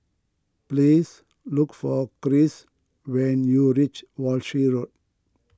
please look for Krish when you reach Walshe Road